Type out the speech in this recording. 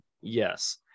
Yes